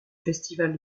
festival